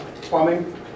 plumbing